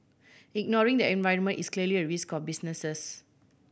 ignoring the environment is clearly a risk businesses